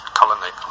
colony